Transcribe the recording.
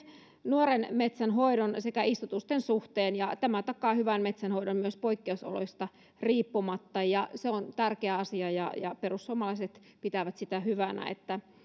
nuoren metsän hoidon sekä istutusten suhteen tämä takaa hyvän metsänhoidon myös poikkeusoloista riippumatta se on tärkeä asia perussuomalaiset pitää sitä hyvänä että